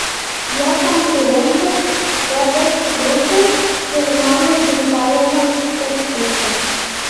jo konkurentas tedas kruzas pirmauja gimtajame teksase